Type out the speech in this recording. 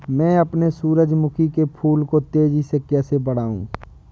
मैं अपने सूरजमुखी के फूल को तेजी से कैसे बढाऊं?